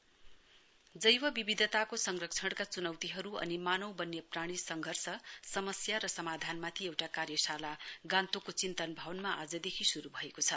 workshop जैविविधताको संरक्षणका चुनौतीहरू अनि मानव वन्यप्राणी संधर्ष समस्या र समाधानमाथि एउटा कार्यशाला गान्तोकको चिन्तन भवनमा आजदेखि शुरू भएको छ